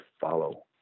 follow